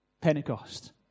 Pentecost